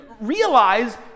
realize